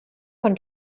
von